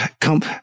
Come